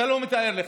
אתה לא מתאר לך.